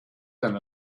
than